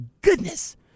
goodness